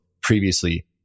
previously